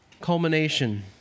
culmination